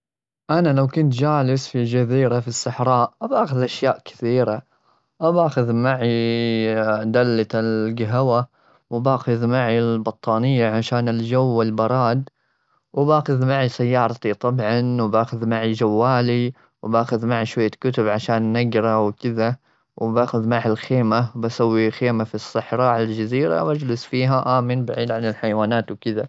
أنا لو كنت جالس في جزيرة في الصحراء، أبي أخذ أشياء كثيرة. أبي أخذ معي دلة القهوة. وبأخذ معي البطانية عشان الجو والبراد. وبأخذ معي سيارتي، طبعا، وبأخذ معي جوالي. وبأخذ معي شوية كتب عشان نقرأ وكذا. وبأخذ معي الخيمة وبسوي خيمة في الصحراء على الجزيرة وأجلس فيها آمن بعيد عن الحيوانات وكذا.